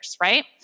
right